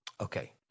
Okay